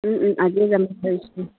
আজিয়ে যাম বুলি ভাবিছোঁ